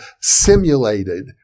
simulated